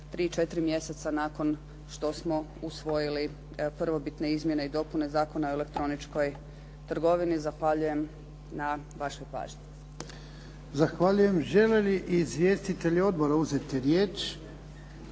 3, 4 mjeseca nakon što smo usvojili prvobitne Izmjene i dopune zakona o elektroničkoj trgovini. Zahvaljujem na vašoj pažnji.